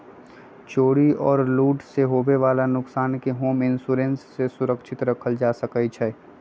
चोरी और लूट से होवे वाला नुकसान के होम इंश्योरेंस से सुरक्षित रखल जा सका हई